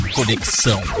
Conexão